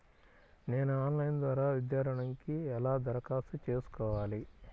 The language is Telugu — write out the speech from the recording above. నేను ఆన్లైన్ ద్వారా విద్యా ఋణంకి ఎలా దరఖాస్తు చేసుకోవాలి?